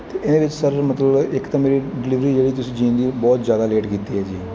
ਅਤੇ ਇਹਦੇ ਵਿਚ ਸਰ ਮਤਲਬ ਇੱਕ ਤਾਂ ਮੇਰੀ ਡਿਲੀਵਰੀ ਜਿਹੜੀ ਤੁਸੀਂ ਜੀਨ ਦੀ ਬਹੁਤ ਜ਼ਿਆਦਾ ਲੇਟ ਕੀਤੀ ਹੈ ਜੀ